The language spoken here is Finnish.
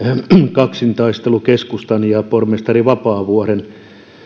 kaksintaistelu keskustan ja pormestari vapaavuoren